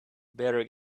better